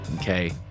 okay